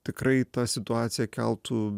tikrai ta situacija keltų